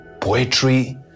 poetry